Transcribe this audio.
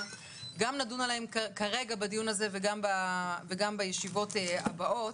גם נדון עליהם כרגע בדיון הזה וגם בישיבות הבאות.